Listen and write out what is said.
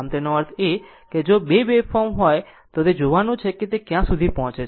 આમ તેનો અર્થ એ છે કે જો 2 વેવફોર્મ હોય તો તે જોવાનું છે કે તે કયા સુધી પહોંચે છે